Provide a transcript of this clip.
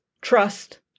trust